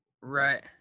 Right